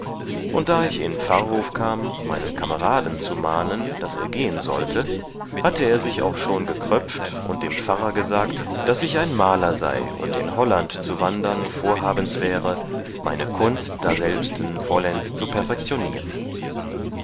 und da ich in pfarrhof kam meinen kameraden zu mahnen daß er gehen sollte hatte er sich auch schon gekröpft und dem pfarrer gesagt daß ich ein maler sei und in holland zu wandern vorhabens wäre meine kunst daselbsten vollends zu